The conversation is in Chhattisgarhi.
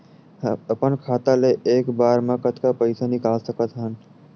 अपन खाता ले एक बार मा कतका पईसा निकाल सकत हन?